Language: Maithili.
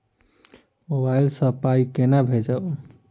मोबाइल सँ पाई केना भेजब?